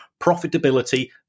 profitability